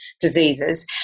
diseases